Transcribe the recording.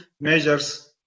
measures